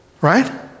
right